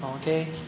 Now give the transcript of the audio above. Okay